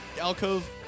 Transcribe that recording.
alcove